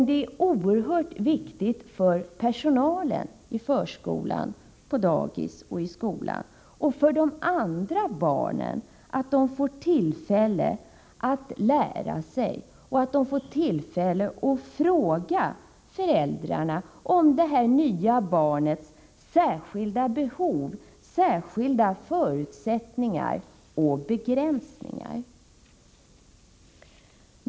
Det är också viktigt att personalen i förskolan, på dagis och i skolan samt de övriga barnen får tillfälle att lära sig och fråga föräldrårna om det nya barnets särskilda behov, förutsättningar och begränsningar.